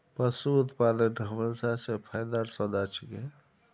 पशू उत्पादन हमेशा स फायदार सौदा छिके